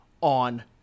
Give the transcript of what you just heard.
on